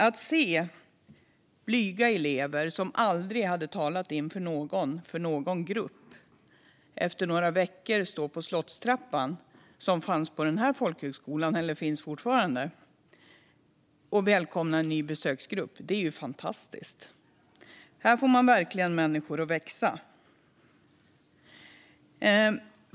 Att se blyga elever, som aldrig hade talat inför någon grupp, efter några veckor stå på slottstrappan som finns på den folkhögskolan och välkomna en ny besöksgrupp var fantastiskt. Här får man verkligen människor att växa.